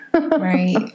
right